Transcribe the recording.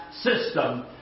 system